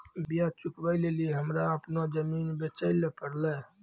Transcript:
ब्याज चुकबै लेली हमरा अपनो जमीन बेचै ले पड़लै